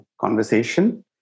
conversation